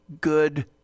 good